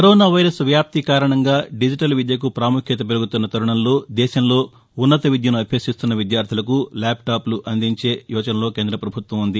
corona virus వ్యాప్తి కారణంగా digital విద్యకు ప్రాముఖ్యత పెరుగుతున్న తరుణంలో దేశంలో ఉన్నత విద్యను అభ్యసిస్తున్న విద్యార్టులకు ల్యాప్టాప్లు అందించే యోచనలో కేంద్ర ప్రభుత్వం ఉంది